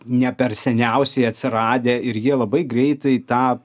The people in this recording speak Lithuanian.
ne per seniausiai atsiradę ir jie labai greitai tą